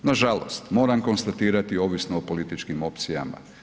Nažalost, moram konstatirati ovisno o političkim opcijama.